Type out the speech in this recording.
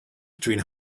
between